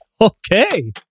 Okay